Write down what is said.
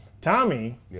Tommy